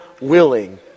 willing